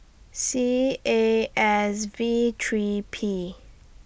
C A S V three P